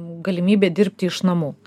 galimybė dirbti iš namų